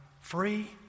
free